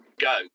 go